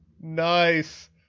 nice